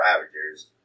Ravagers